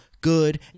good